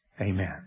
Amen